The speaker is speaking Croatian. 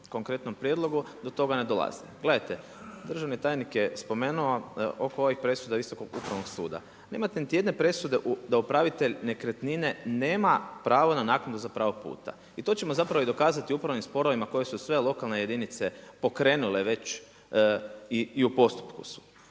konkretnom prijedlogu, do toga ne dolazi. Gledajte, državni tajnik je spomenuo oko ovih presuda Visokog upravnog suda. Nemate niti jedne presude da upravitelj nekretnine nema pravo na naknadu za pravo puta. I to ćemo zapravo u dokazati upravnim sporovima koji su sve lokalne jedinice pokrenule već i u postupku su.